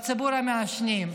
ציבור המעשנים.